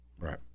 Right